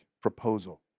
proposal